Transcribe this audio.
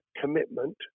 commitment